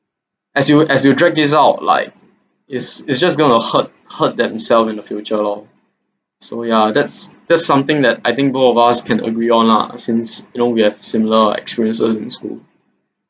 as you as you drag this out of like is is just going to hurt hurt themselves in the future lor so ya that's that's something that I think both of us can agree on lah since you know we have similar experiences in school